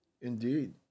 Indeed